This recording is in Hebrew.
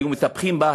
היו מטפחים אותה,